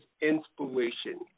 inspiration